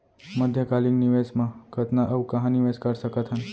मध्यकालीन निवेश म कतना अऊ कहाँ निवेश कर सकत हन?